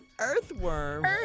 Earthworm